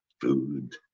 food